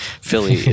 philly